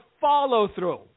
follow-through